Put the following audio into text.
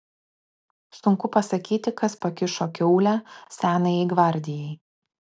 sunku pasakyti kas pakišo kiaulę senajai gvardijai